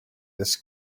this